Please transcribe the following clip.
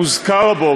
מוזכר בו,